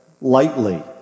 lightly